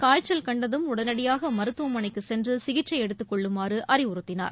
காய்ச்சல் கண்டதும் உடனடியாக மருத்துவமனைக்கு சென்று சிகிச்சை எடுத்துக் கொள்ளுமாறு அறிவுறுத்தினார்